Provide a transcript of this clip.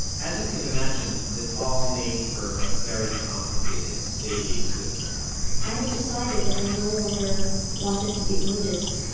as you can imagine, this all made for a very complicated daily existence i had decided that i no longer wanted to be religious,